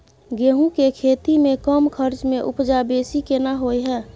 गेहूं के खेती में कम खर्च में उपजा बेसी केना होय है?